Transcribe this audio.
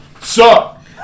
suck